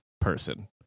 person